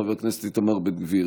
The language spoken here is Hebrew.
חבר הכנסת איתמר בן גביר,